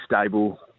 stable